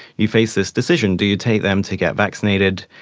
you face this decision do you take them to get vaccinated?